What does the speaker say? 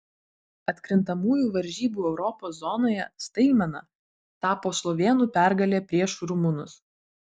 atkrintamųjų varžybų europos zonoje staigmena tapo slovėnų pergalė prieš rumunus